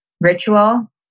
ritual